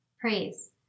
Praise